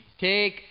Take